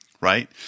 right